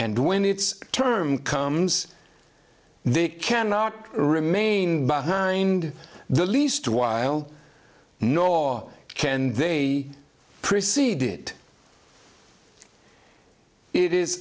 and when its term comes they cannot remain behind the least while nor can they preceded it is